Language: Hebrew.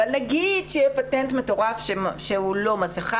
אבל נגיד שיהיה פטנט מטורף שהוא לא מסכה